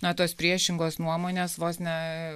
na tos priešingos nuomonės vos ne